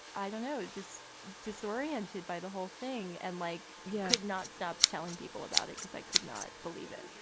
i don't know, just disoriented by the whole thing. and like, yeah, i could not stop telling people about it because i could not believe it.